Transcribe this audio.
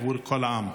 עבור כל העם.